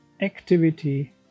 activity